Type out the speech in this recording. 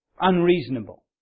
Unreasonable